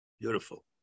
beautiful